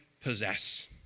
possess